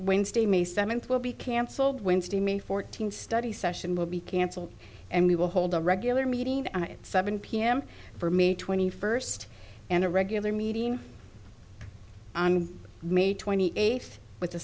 wednesday may seventh will be cancelled wednesday may fourteenth study session will be cancelled and we will hold a regular meeting seven p m for me twenty first and a regular meeting on may twenty eighth with the